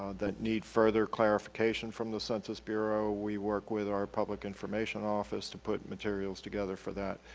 that need further clarification from the census bureau, we work with our public information office to put materials together for that,